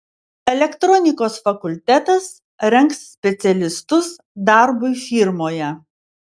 elektronikos fakultetas rengs specialistus darbui firmoje